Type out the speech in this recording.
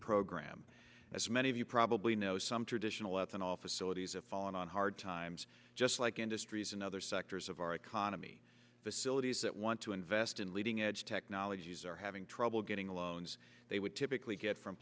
program as many of you probably know some traditional all facilities have fallen on hard times just like industries and other sectors of our economy facilities that want to invest in leading edge technologies are having trouble getting loans they would typically get from